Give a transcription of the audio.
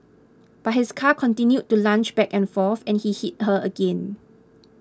but his car continued to lunge back and forth and he hit her again